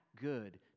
good